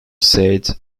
said